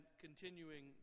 continuing